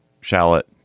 shallot